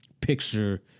picture